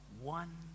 one